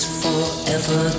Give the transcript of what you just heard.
forever